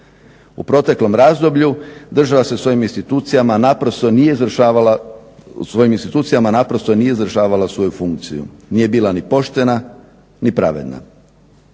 U proteklom razdoblju država u svojim institucijama naprosto nije izvršavala svoju funkciju, nije bila ni poštena ni pravedna.